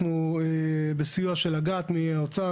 בסיוע של אג"ת מהאוצר